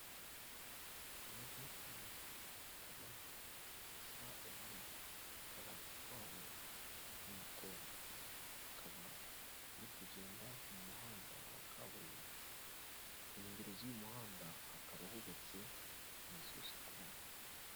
Imodoka ikaba isa ubuhuru, ikaba itwawe n'umukobwa, ikaba iri kugenda mu muhanda wa kaburimbo, ku nkengero z'uyu muhanda hakaba hubatse inzu zo kubamo.